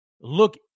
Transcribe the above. look